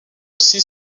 aussi